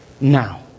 now